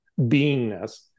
beingness